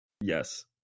Yes